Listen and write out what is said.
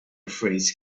phrase